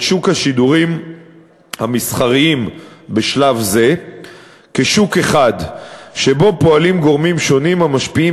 שוק השידורים המסחריים בשלב זה כשוק אחד שבו פועלים גורמים שונים המשפיעים